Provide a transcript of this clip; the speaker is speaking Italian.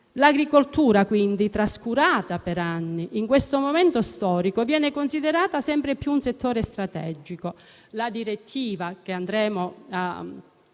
L'agricoltura, quindi, trascurata per anni, in questo momento storico viene considerata sempre più un settore strategico. La direttiva (UE)